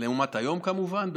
לעומת היום, כמובן.